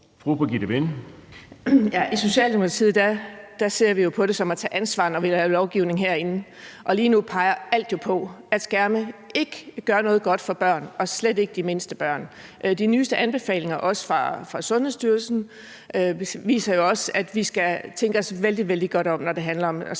i Socialdemokratiet ser vi jo sådan på det, at det er at tage et ansvar, når vi laver lovgivning herinde, og lige nu peger alt jo på, at skærme ikke gør noget godt for børn og slet ikke de mindste børn. De nyeste anbefalinger fra Sundhedsstyrelsen viser jo også, at vi skal tænke os vældig, vældig godt om, når det handler om